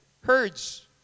herds